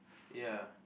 ya